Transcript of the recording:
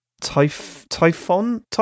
Typhoon